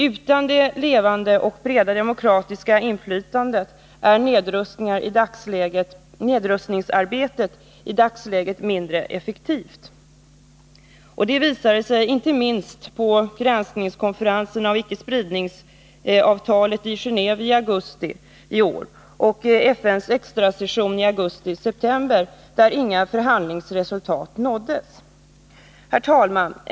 Utan det levande och breda demokratiska inflytandet är nedrustningsarbetet i dagsläget mindre effektivt. Det visade sig inte minst på granskningskonferensen rörande icke-spridningsavtalet i Geneve i augusti i år och vid FN:s extrasession i augusti-september, där inga förhandlingsresultat uppnåddes. Herr talman!